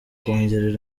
kongerera